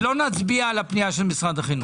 נצביע על הפנייה של משרד החינוך.